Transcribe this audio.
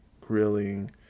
Grilling